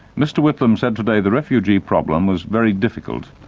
mr whitlam said today the refugee problem was very difficult,